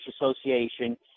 Association